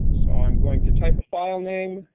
so i'm going to type a file name,